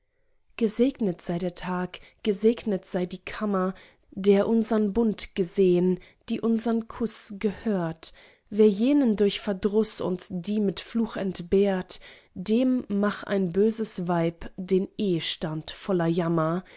gesegnet sei der tag gesegnet sei die kammer der unsern bund gesehn die unsern kuß gehört wer jenen durch verdruß und die mit fluch entehrt dem mach ein böses weib den ehstand voller jammer